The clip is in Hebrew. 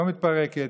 לא מתפרקת,